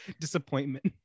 disappointment